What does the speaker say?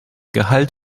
gehalt